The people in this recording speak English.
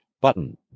button